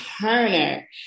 Turner